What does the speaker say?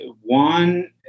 One